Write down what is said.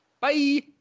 Bye